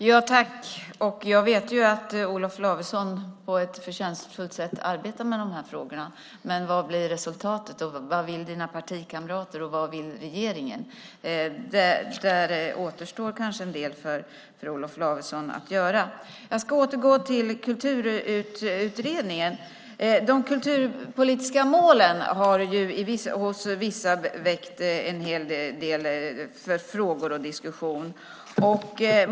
Herr talman! Jag vet att Olof Lavesson på ett förtjänstfullt sätt arbetar med frågorna. Men vad blir resultatet, vad vill dina partikamrater och vad vill regeringen? Där återstår kanske en del för Olof Lavesson att göra. Jag ska återgå till Kulturutredningen. De kulturpolitiska målen har hos vissa väckt en hel del frågor och diskussioner.